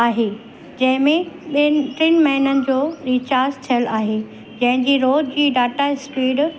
आहे जंहिंमें ॿिनि टिनि महीननि जो रिचार्ज थियलु आहे जंहिंजी रोज जी डाटा स्पीड